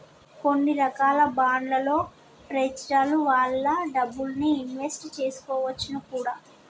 కొన్ని రకాల బాండ్లలో ప్రెజలు వాళ్ళ డబ్బుల్ని ఇన్వెస్ట్ చేసుకోవచ్చును కూడా